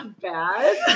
bad